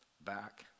back